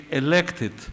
elected